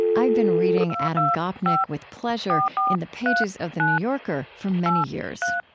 i've been reading adam gopnik with pleasure in the pages of the new yorker, for many years.